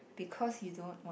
because you don't want